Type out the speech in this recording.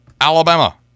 alabama